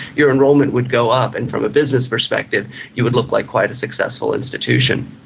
your enrolment would go up, and from a business perspective you would look like quite a successful institution.